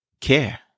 Care